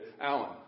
Alan